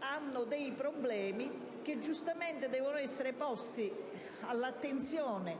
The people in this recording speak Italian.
hanno dei problemi, che devono giustamente essere posti all'attenzione,